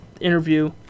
interview